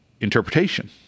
interpretation